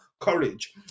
courage